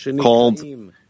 Called